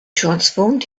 transformed